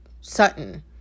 sutton